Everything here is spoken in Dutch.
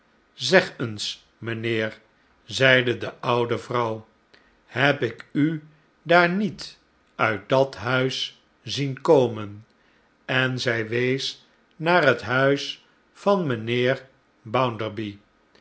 zeg eens mijnheer zeide de oude vrouw sleohte tijden heh ik u daar niet uit dathuiszienkomen en zij wees naar het huis vanmijnheer